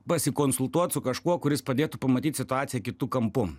pasikonsultuoti su kažkuo kuris padėtų pamatyt situaciją kitu kampu